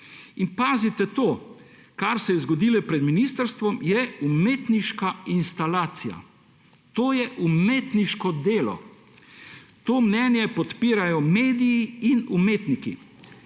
pazite to – kar se je zgodilo pred ministrstvom, je umetniška instalacija. To je umetniško delo, to mnenje podpirajo mediji in umetniki.